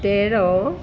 তেৰ